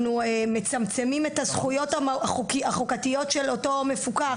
מצמצמים את הזכויות החוקתיות של אותו מפוקח.